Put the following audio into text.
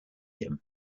him